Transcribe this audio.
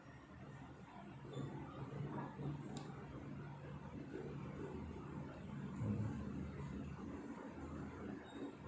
mm